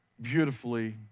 beautifully